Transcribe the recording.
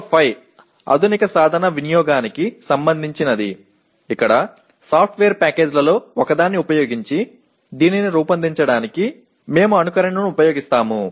PO5 ఆధునిక సాధన వినియోగానికి సంబంధించినది ఇక్కడ సాఫ్ట్వేర్ ప్యాకేజీలలో ఒకదాన్ని ఉపయోగించి దీనిని రూపొందించడానికి మేము అనుకరణను ఉపయోగిస్తాము